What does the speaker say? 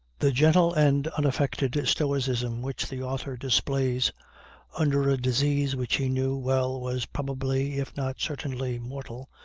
the gentle and unaffected stoicism which the author displays under a disease which he knew well was probably, if not certainly, mortal,